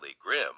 grim